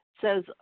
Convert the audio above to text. says